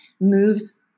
moves